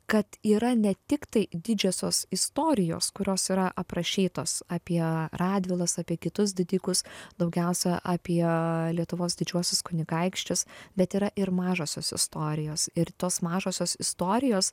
kad yra ne tiktai didžiosios istorijos kurios yra aprašytos apie radvilas apie kitus didikus daugiausia apie lietuvos didžiuosius kunigaikščius bet yra ir mažosios istorijos ir tos mažosios istorijos